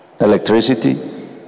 Electricity